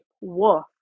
Woof